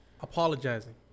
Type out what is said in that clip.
Apologizing